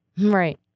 Right